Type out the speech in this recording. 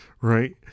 Right